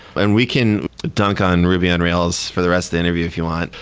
but and we can dunk on ruby on rails for the rest the interview if you want.